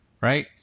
right